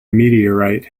meteorite